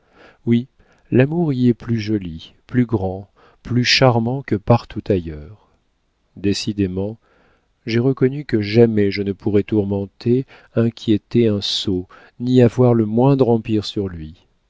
oui l'amour y est plus joli plus grand plus charmant que partout ailleurs décidément j'ai reconnu que jamais je ne pourrais tourmenter inquiéter un sot ni avoir le moindre empire sur lui